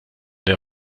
der